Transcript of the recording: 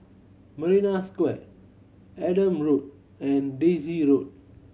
Marina Square Adam Road and Daisy Road